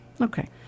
Okay